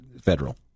federal